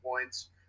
points